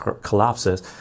collapses